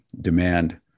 demand